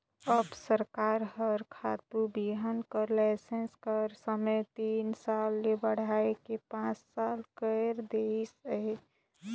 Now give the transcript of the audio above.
अब सरकार हर खातू बीहन कर लाइसेंस कर समे ल तीन साल ले बढ़ाए के पाँच साल कइर देहिस अहे